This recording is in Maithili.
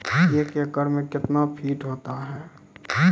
एक एकड मे कितना फीट होता हैं?